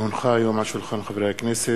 כי הונחה היום על שולחן הכנסת,